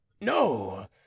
No